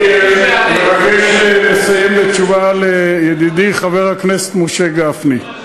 אני מבקש לסיים בתשובה לידידי חבר הכנסת משה גפני.